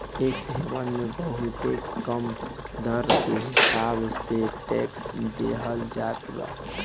tax haven मे बहुते कम दर के हिसाब से टैक्स लेहल जात बा